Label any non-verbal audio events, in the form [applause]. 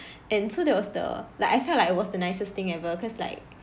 [breath] and so that was the like I felt like it was the nicest thing ever cause like